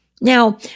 Now